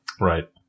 Right